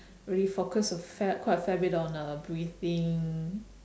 really focused a fair quite a fair bit on uh breathing